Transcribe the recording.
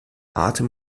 atem